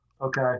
Okay